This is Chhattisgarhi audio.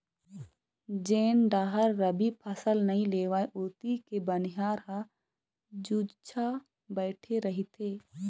जेन डाहर रबी फसल नइ लेवय ओती के बनिहार ह जुच्छा बइठे रहिथे